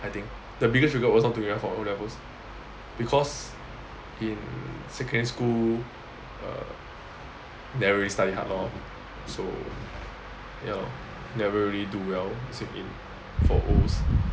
I think the biggest regret was not doing well for o levels because in secondary school err never really study hard lor so ya lor never really do well for Os